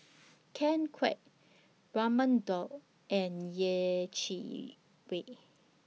Ken Kwek Raman Daud and Yeh Chi Wei